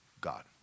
God